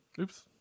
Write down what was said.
Oops